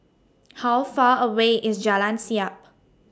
How Far away IS Jalan Siap